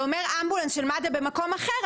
והוא אומר אמבולנס של מד"א במקום אחר,